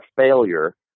failure